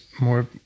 more